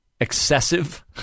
excessive